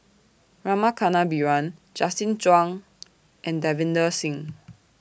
Rama Kannabiran Justin Zhuang and Davinder Singh